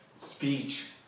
speech